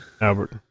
Albert